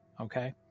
Okay